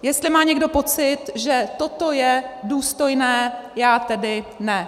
Jestli má někdo pocit, že toto je důstojné, já tedy ne.